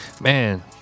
Man